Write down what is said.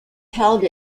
held